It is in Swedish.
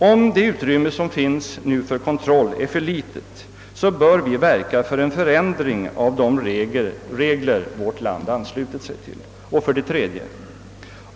Om det utrymme som nu finns för kontroll är för litet bör vi verka för en förändring av de regler vårt land anslutit sig till. 3.